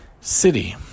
city